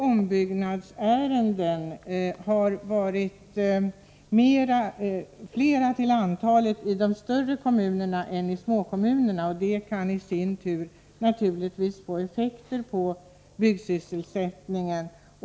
Ombyggnadsärendena har varit flera till antalet i de större kommunerna än i de små, och det kan naturligtvis i sin tur få effekter på byggsysselsättningen.